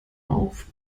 auf